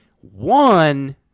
one